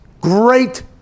great